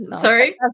Sorry